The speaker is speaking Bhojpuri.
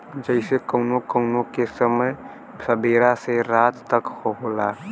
जइसे कउनो कउनो के समय सबेरा से रात तक क होला